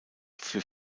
für